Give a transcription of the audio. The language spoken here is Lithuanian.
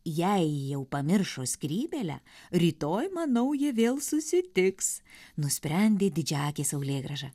jei jau pamiršo skrybėlę rytoj manau jie vėl susitiks nusprendė didžiaakė saulėgrąža